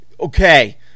okay